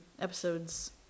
episodes